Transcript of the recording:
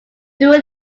during